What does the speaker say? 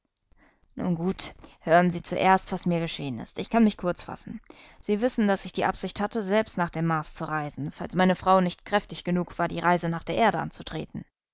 nun gut hören sie zuerst was mir geschehen ist ich kann mich kurz fassen sie wissen daß ich die absicht hatte selbst nach dem mars zu reisen falls meine frau nicht kräftig genug war die reise nach der erde anzutreten